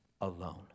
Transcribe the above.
alone